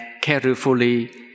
carefully